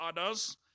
others